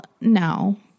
no